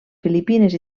filipines